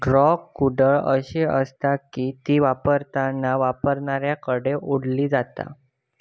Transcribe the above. draw कुदळ अशी आसता की ती वापरताना वापरणाऱ्याकडे ओढली जाता